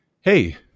Hey